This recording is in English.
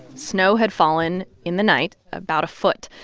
snow had fallen in the night, about a foot.